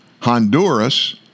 Honduras